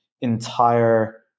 entire